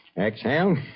Exhale